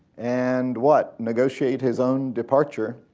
and, what, negotiate his own departure,